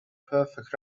perfect